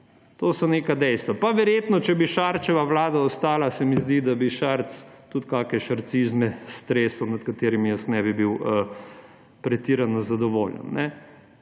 To so neka dejstva. Pa verjetno, če bi Šarčeva vlada ostala, se mi zdi, da bi Šarec tudi kakšne šarcizme stresel, nad katerimi jaz ne bi bil pretirano zadovoljen.